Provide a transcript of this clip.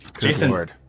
Jason